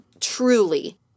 truly